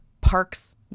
parks